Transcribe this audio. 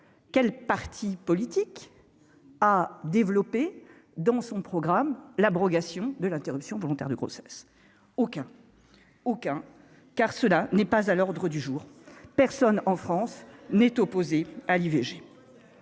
quel parti politique a développé dans son programme l'abrogation de l'interruption volontaire de grossesse, aucun, aucun, car cela n'est pas à l'ordre du jour, personne en France n'est opposé à l'IVG,